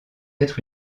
être